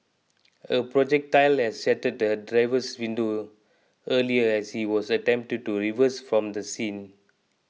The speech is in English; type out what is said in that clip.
a projectile had shattered his driver's window earlier as he was attempting to reverse from the scene